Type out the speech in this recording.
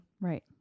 Right